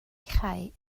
chau